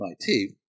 MIT